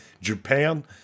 Japan